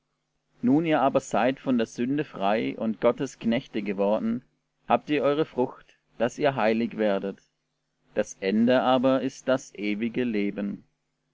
nun ihr aber seid von der sünde frei und gottes knechte geworden habt ihr eure frucht daß ihr heilig werdet das ende aber ist das ewige leben